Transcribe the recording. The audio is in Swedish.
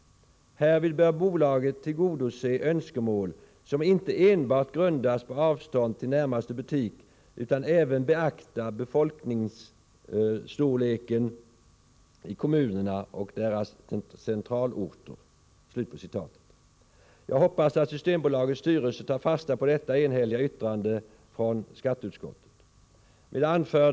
Härvid bör bolaget tillgodose önskemål som inte enbart grundas på avstånd till närmaste butik utan även beakta befolkningsmängden i kommunerna och deras centralorter.” Jag hoppas att Systembolagets styrelse tar fasta på detta enhälliga yttrande från skatteutskottet. Herr talman!